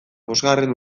bosgarren